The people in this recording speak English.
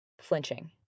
flinching